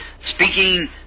speaking